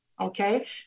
Okay